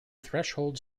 threshold